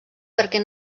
perquè